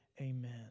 Amen